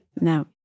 No